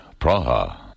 Praha